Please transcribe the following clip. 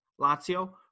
Lazio